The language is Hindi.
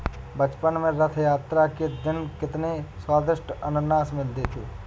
बचपन में रथ यात्रा के दिन कितने स्वदिष्ट अनन्नास मिलते थे